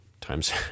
times